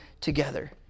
together